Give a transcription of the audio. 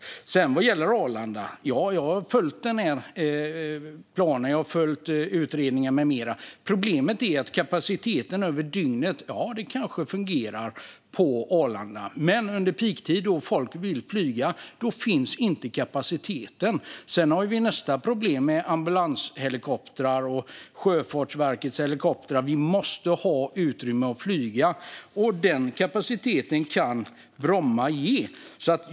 När det sedan gäller Arlanda har jag följt planen, utredningen med mera. Problemet är att även om kapaciteten på Arlanda över dygnet kanske fungerar finns inte kapaciteten under peaktid då folk vill flyga. Sedan har vi nästa problem med ambulanshelikoptrar och Sjöfartsverkets helikoptrar. De måste ha utrymme att flyga, och den kapaciteten kan Bromma ge.